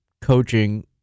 coaching